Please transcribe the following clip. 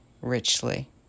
richly